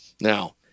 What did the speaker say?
Now